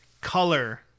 color